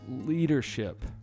leadership